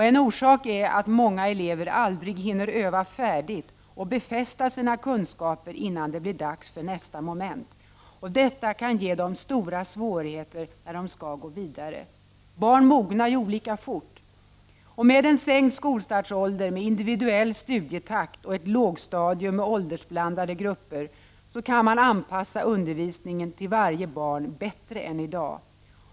En orsak är att många elever aldrig hinner öva färdigt och befästa sina kunskaper innan det blir dags för nästa moment. Detta kan ge dem stora svårigheter när de skall gå vidare. Barn mognar olika fort. Med en sänkt skolstartsålder, individuell studietakt och ett lågstadium med åldersblandade grupper kan man anpassa undervisningen till varje barn bättre än i dag.